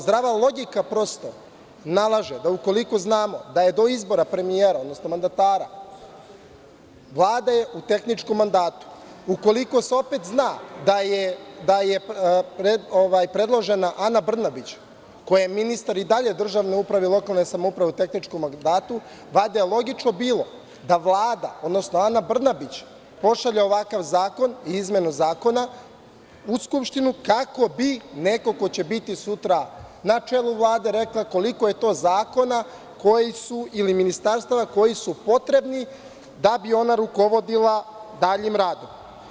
Zdrava logika prosto nalaže da, ukoliko znamo da je do izbora premijera, odnosno mandatara, Vlada u tehničkom mandatu, ukoliko se opet zna da je predložena Ana Brnabić, koja je ministar i dalje državne uprave i lokalne samouprave u tehničkom mandatu, valjda je logično bilo da Vlada, odnosno Ana Brnabić pošalje ovakav zakon i izmenu zakona u Skupštinu, kako bi neko ko će biti sutra na čelu Vlade rekla koliko je to zakona ili ministarstava koji su potrebni da bi ona rukovodila daljim radom.